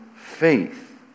faith